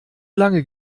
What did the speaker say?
lange